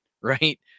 Right